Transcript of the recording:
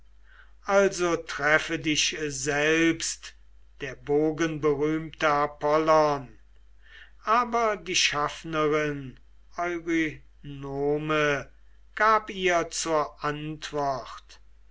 also treffe dich selbst der bogenberühmte apollon aber die schaffnerin eurynome gab ihr zur antwort